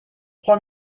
trois